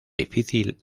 difícil